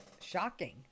shocking